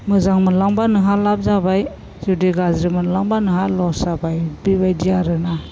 मोजां मोनलांब्ला नोंहा लाब जाबाय जुदि गाज्रि मोनलांब्ला नोंहा लस जाबाय बेबायदि आरो ना